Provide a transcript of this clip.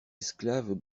esclaves